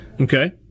Okay